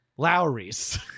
Lowry's